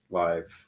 live